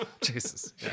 Jesus